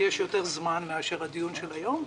כי יש יותר זמן מאשר בדיון של היום,